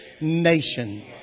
nation